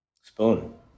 Spoon